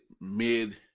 mid